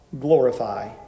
glorify